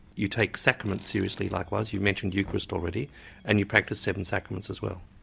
you take sacraments seriously likewise. you mentioned eucharist already and you practise seven sacraments as well.